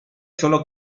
sólo